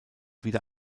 wieder